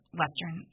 western